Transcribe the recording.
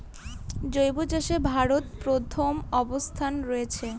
জৈব চাষে ভারত প্রথম অবস্থানে রয়েছে